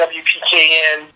wpkn